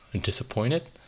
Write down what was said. disappointed